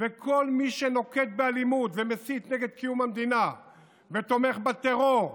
וכל מי שנוקט אלימות ומסית נגד קיום המדינה ותומך בטרור: